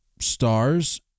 stars